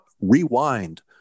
rewind